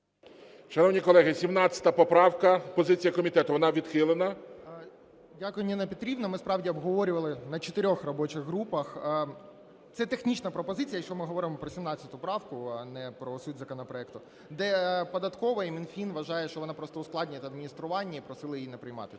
Шановні колеги, 17 поправка. Позиція комітету. Вона відхилена. 10:59:54 ЖЕЛЕЗНЯК Я.І. Дякую, Ніна Петрівна. Ми справді обговорювали на чотирьох робочих групах. Це технічна пропозиція, якщо ми говоримо про 17 правку, а не про суть законопроекту, де податкова і Мінфін вважають, що вона просто ускладнює в адмініструванні і просили її не приймати.